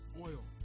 oil